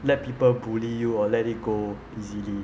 let people bully you or let it go easily